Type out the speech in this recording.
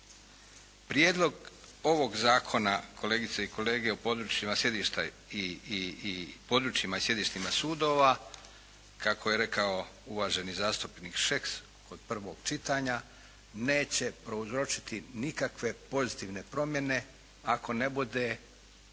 Prijedlog ovog zakona kolegice i kolege o područjima sjedišta i područjima i sjedištima sudova kako je rekao uvaženi zastupnik Šeks kod prvog čitanja neće prouzročiti nikakve pozitivne promjene ako ne bude instaliran